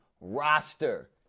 roster